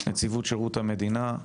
נציבות שירות המדינה,